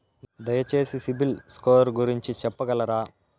దయచేసి సిబిల్ స్కోర్ గురించి చెప్పగలరా?